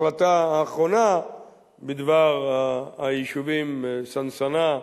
ההחלטה האחרונה בדבר היישובים סנסנה,